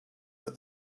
but